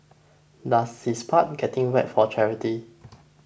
does his part getting wet for charity